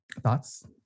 thoughts